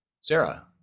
Sarah